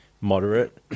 moderate